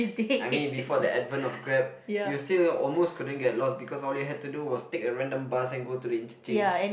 I mean before the advent of grab you still almost couldn't get lost because all you had to do was take a random bus and go to the interchange